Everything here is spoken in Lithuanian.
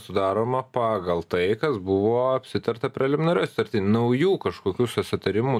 sudaroma pagal tai kas buvo apsitarta preliminarioj sutarty naujų kažkokių susitarimų